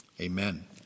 Amen